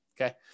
Okay